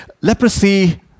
Leprosy